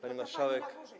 Pani Marszałek!